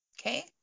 Okay